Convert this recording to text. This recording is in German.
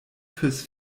fürs